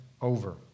over